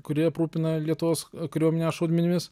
kuri aprūpina lietuvos kariuomenę šaudmenimis